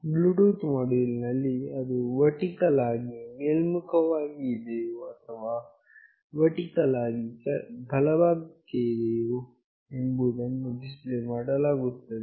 Bluetooth module ನಲ್ಲಿ ಅದು vertical ಆಗಿ ಮೇಲ್ಮುಖವಾಗಿ ಇದೆಯೋ ಅಥವಾ ವರ್ಟಿಕಲ್ ಆಗಿ ಬಲಕ್ಕೆ ಇದೆಯೋ ಎಂಬುದನ್ನು ಡಿಸ್ಪ್ಲೇ ಮಾಡಲಾಗುತ್ತದೆ